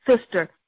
sister